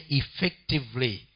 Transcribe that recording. effectively